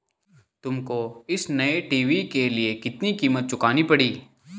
तुमको इस नए टी.वी के लिए कितनी कीमत चुकानी पड़ी?